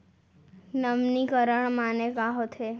नवीनीकरण माने का होथे?